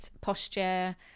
posture